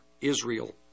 Israel